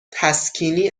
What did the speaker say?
تسکینی